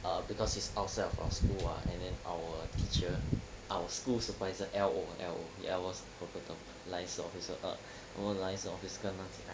um because he's outside of our school ah and then our teacher our school supervisor L_O ah L_O ya 我不懂 liaison officer err 我们 liaison officer 跟我们